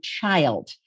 child